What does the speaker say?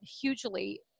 hugely